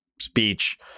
speech